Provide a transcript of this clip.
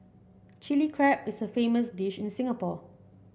Chilli Crab is a famous dish in Singapore